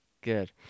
Good